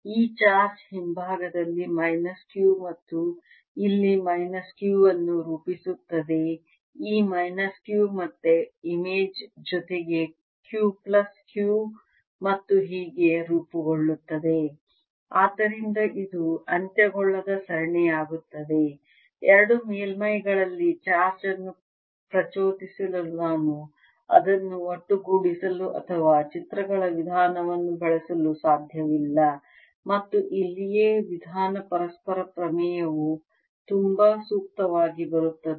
ಈ ಚಾರ್ಜ್ ಹಿಂಭಾಗದಲ್ಲಿ minus Q ಮತ್ತು ಇಲ್ಲಿ ಮೈನಸ್ Q ಅನ್ನು ರೂಪಿಸುತ್ತದೆ ಈ ಮೈನಸ್ Q ಮತ್ತೆ ಇಮೇಜ್ ಜೊತೆಗೆ Q ಪ್ಲಸ್ Q ಮತ್ತು ಹೀಗೆ ರೂಪುಗೊಳ್ಳುತ್ತದೆ ಆದ್ದರಿಂದ ಇದು ಅಂತ್ಯಗೊಳ್ಳದ ಸರಣಿಯಾಗುತ್ತದೆ ಎರಡು ಮೇಲ್ಮೈಗಳಲ್ಲಿ ಚಾರ್ಜ್ ಅನ್ನು ಪ್ರಚೋದಿಸಲು ನಾನು ಅದನ್ನು ಒಟ್ಟುಗೂಡಿಸಲು ಅಥವಾ ಚಿತ್ರಗಳ ವಿಧಾನವನ್ನು ಬಳಸಲು ಸಾಧ್ಯವಿಲ್ಲ ಮತ್ತು ಇಲ್ಲಿಯೇ ವಿಧಾನ ಪರಸ್ಪರ ಪ್ರಮೇಯವು ತುಂಬಾ ಸೂಕ್ತವಾಗಿ ಬರುತ್ತದೆ